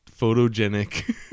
photogenic